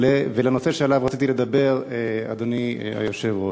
אדוני היושב-ראש,